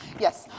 yes.